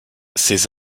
ces